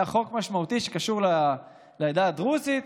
היה חוק משמעותי שקשור לעדה הדרוזית,